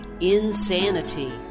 insanity